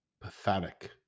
pathetic